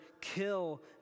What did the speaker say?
kill